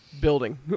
building